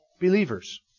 believers